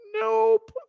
Nope